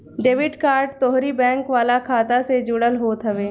debit card तोहरी bank वाला खाता से जुड़ल होत हवे